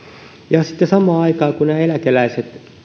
ja sitten samaan aikaan kun nämä eläkeläiset